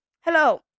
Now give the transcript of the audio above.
Hello